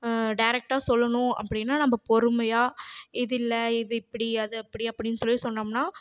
டெரெக்டா சொல்லணும் அப்படினா நம்ப பொறுமையாக இதில்லை இது இப்படி அது அப்படி அப்படினு சொல்லி சொன்னோம்னால்